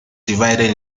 divided